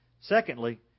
Secondly